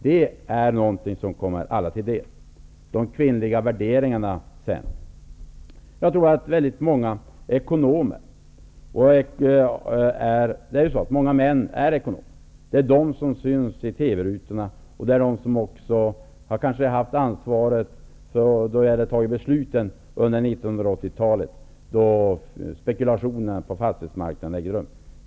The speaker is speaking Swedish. Detta är någonting som kommer alla till del. Så till de ''kvinnliga värderingarna''! De flesta ekonomer är män, och det är de som syns i TV rutorna och som haft ansvaret för besluten under 1980-talet, då spekulationen på fastighetsmarknaden ägde rum.